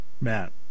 Matt